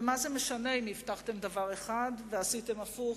ומה זה משנה אם הבטחתם דבר אחד ועשיתם הפוך,